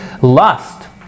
lust